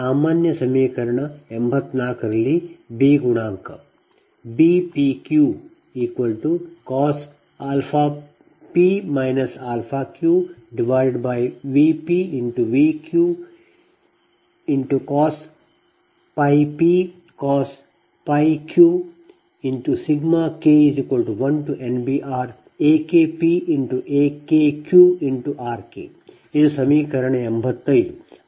ಸಾಮಾನ್ಯ ಸಮೀಕರಣ 84 ರಲ್ಲಿ B ಗುಣಾಂಕ Bpq cos p q VpVqcos pcos q K1NBRAKpAKqRK ಇದು ಸಮೀಕರಣ 85